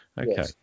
Okay